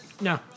No